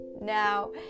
Now